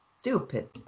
Stupid